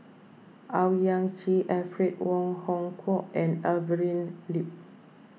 Owyang Chi Alfred Wong Hong Kwok and Evelyn Lip